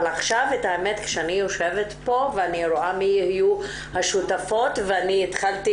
אבל עכשיו את האמת כשאני יושבת פה ורואה מי יהיו השותפות ואני התחלתי